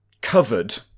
covered